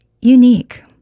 unique